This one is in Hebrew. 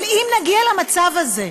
אבל אם נגיע למצב הזה,